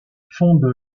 fondent